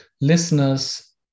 listeners